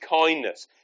kindness